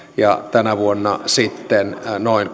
ja tänä vuonna sitten noin